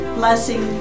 blessing